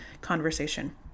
conversation